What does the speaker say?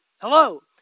Hello